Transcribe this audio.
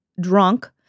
drunk